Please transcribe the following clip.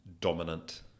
dominant